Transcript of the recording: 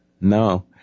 No